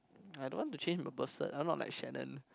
I don't want to change the birth cert I'm not like Chanel